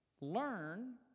learn